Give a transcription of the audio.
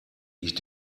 ich